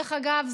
דרך אגב,